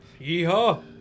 Yeehaw